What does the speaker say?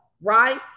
Right